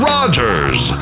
Rogers